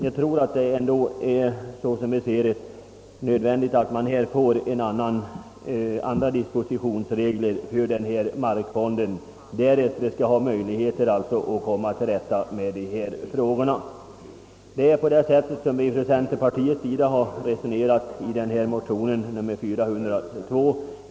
Jag tror dock att det såsom vi ser saken är nödvändigt att man här får fram andra dispositionsregler, så att markfonden därefter skall ha möjlighet att komma till rätta med dessa frågor. Det är på detta sätt vi från centerpartiet har resonerat i vår motion nr II: 402.